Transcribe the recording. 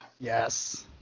Yes